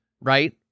right